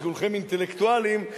שכולכם אינטלקטואלים,